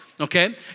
Okay